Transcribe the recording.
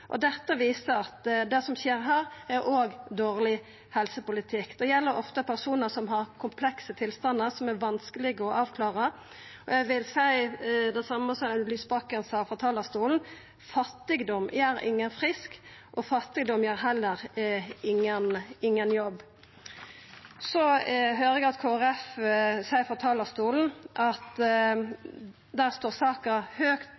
viser at det som skjer, òg er dårleg helsepolitikk. Det gjeld ofte personar som har komplekse tilstandar, som er vanskelege å avklara. Eg vil seia, som Audun Lysbakken sa frå talarstolen: Fattigdom gjer ingen frisk, og fattigdom gir heller ingen jobb. Eg høyrer at Kristeleg Folkeparti seier frå talarstolen at saka står høgt